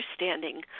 understanding